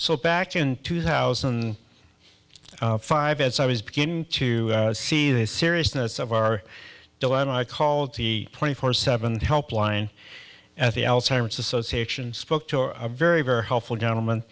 so back in two thousand and five as i was beginning to see the seriousness of our dilemma i called the twenty four seven helpline at the alzheimer's association spoke to a very very helpful gentleman